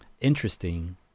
interesting